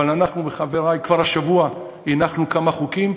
אבל אנחנו וחברי כבר השבוע הנחנו כמה חוקים,